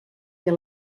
què